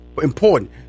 important